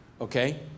okay